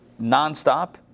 nonstop